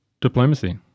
diplomacy